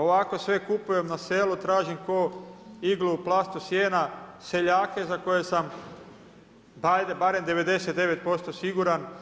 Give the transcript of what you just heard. Ovako sve kupujem na selu, tražim ko iglu u plastu sijena seljake za koje sam hajde barem 99% siguran